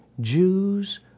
Jews